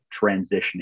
transitioning